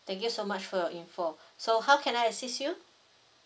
thank you so much for your info so how can I assist you